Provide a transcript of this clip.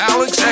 Alex